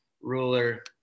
ruler